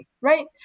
right